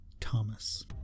Thomas